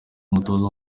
umutoza